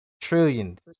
trillions